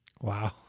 Wow